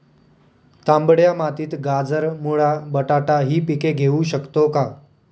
तांबड्या मातीत गाजर, मुळा, बटाटा हि पिके घेऊ शकतो का?